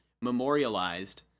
memorialized